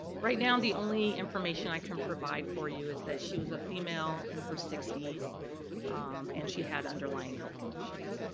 right now the only information i can provide for you is that she was a female in her sixty s and she had underlying health conditions.